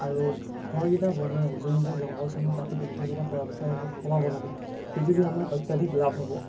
আৰু ঘৰকেইটা বনাই যোনকেইটা জংঘল চংঘল কাটি কেনি সেইকিটা পৰাপক্ষত আমি বহুত কমাব লাগে সেইটোদি আমাৰ অত্যাধিক লাভ হ'ব